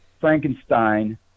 Frankenstein